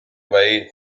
way